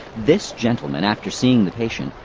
this gentleman, after seeing the patient,